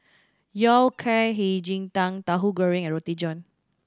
Yao Cai Hei Ji Tang Tahu Goreng and Roti John